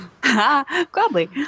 Gladly